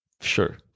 Sure